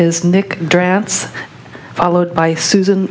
is nick drafts followed by susan